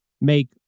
make